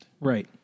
Right